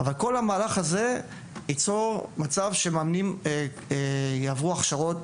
אבל כל המהלך הזה ייצור מצב שמאמנים יעברו הכשרות